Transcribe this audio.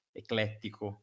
eclettico